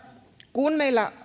kun meillä